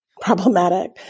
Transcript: problematic